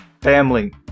Family